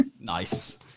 Nice